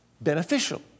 beneficial